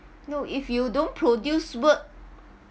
no if you don't produce work